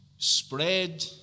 spread